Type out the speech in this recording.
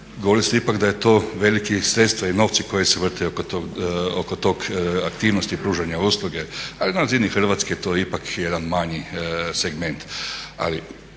Govorili ste ipak da je to veliki sredstva i novci koji se vrte oko tog aktivnosti pružanja usluge, ali na razini Hrvatske je to ipak jedan manji segment.